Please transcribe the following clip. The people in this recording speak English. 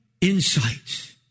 insights